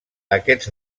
aquests